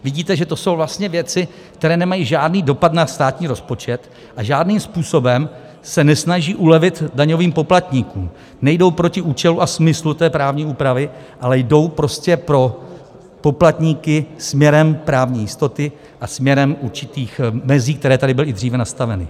Vidíte, že to jsou vlastně věci, které nemají žádný dopad na státní rozpočet a žádným způsobem se nesnaží ulevit daňovým poplatníkům, nejdou proti účelu a smyslu té právní úpravy, ale jdou prostě pro poplatníky směrem právní jistoty a směrem určitých mezí, které tady byly i dříve nastaveny.